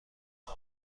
کنم